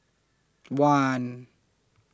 one